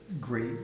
great